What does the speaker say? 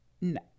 no